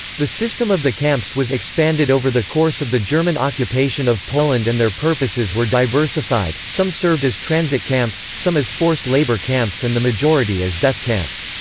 the system of the camps was expanded over the course of the german occupation of poland and their purposes were diversified some served as transit camps, some as forced labor camps and the majority as death camps.